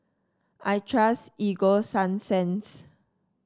I trust Ego Sunsense